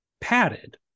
padded